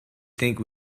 think